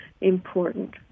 important